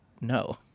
No